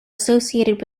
associated